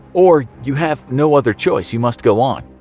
or. you have no other choice, you must go on.